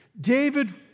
David